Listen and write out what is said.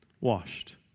Washed